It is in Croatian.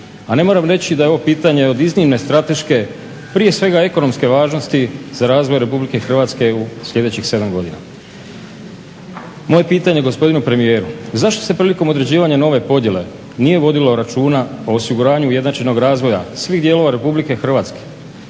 A ne moram reći da je ovo pitanje od iznimne strateške prije svega ekonomske važnosti za razvoj RH u sljedećih 7 godina. Moje pitanje gospodinu premijeru, zašto se prilikom određivanja nove podjele nije vodilo računa o osiguranju ujednačenog razvoja svih dijelova RH što je u biti